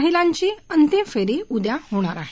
महिलांची अंतिम फेरी उद्या होणार आहे